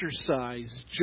exercise